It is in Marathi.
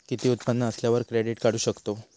किती उत्पन्न असल्यावर क्रेडीट काढू शकतव?